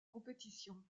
compétition